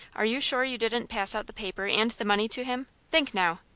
are you sure you didn't pass out the paper and the money to him? think now.